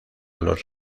los